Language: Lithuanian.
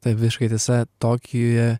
taip visiška tiesa tokijuje